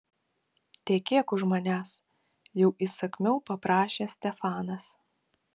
tekėk už manęs jau įsakmiau paprašė stefanas